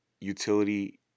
utility